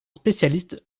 spécialiste